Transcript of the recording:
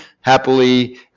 happily